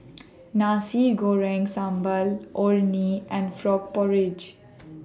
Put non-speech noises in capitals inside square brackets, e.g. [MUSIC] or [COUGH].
[NOISE] Nasi Goreng Sambal Orh Nee and Frog Porridge